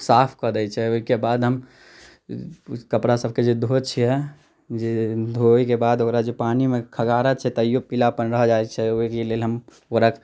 साफ कय दै छै ओहिके बाद हम कपड़ा सभके जे धोबैत छियै जे धोएके बाद ओकरा जे पानिमे खँघारैत छियै तैयो पीलापन रहि जाइत छै ओहिके लेल हम ओकरा